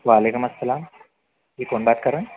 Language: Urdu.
وعلیکم السلام جی کون بات کر رہے ہیں